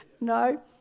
No